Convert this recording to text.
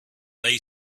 lay